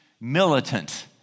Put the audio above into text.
militant